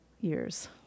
years